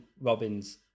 Robins